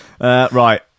Right